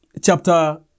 chapter